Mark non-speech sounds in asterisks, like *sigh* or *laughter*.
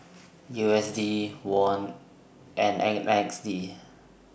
U S D Won and *unintelligible* Z D